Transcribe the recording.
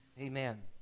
Amen